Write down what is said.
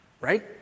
Right